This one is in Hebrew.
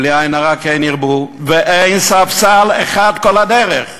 בלי עין הרע, כן ירבו, ואין ספסל אחד כל הדרך,